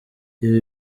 ibi